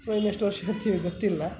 so ಇನ್ನೆಷ್ಟು ವರ್ಷ ಇರ್ತೀವಿ ಗೊತ್ತಿಲ್ಲ